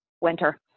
Winter